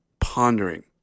pondering